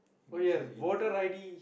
oh yes voter i_d